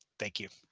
thank you.